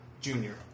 Junior